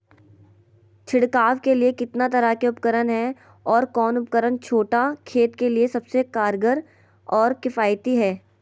छिड़काव के लिए कितना तरह के उपकरण है और कौन उपकरण छोटा खेत के लिए सबसे कारगर और किफायती है?